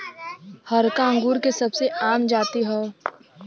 हरका अंगूर के सबसे आम जाति हौ